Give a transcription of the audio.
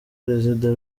perezida